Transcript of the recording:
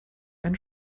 ein